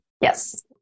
Yes